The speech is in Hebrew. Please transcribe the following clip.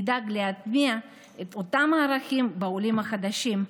נדאג להטמיע את אותם הערכים בעולים החדשים,